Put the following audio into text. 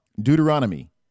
deuteronomy